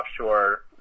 offshore